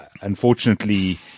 unfortunately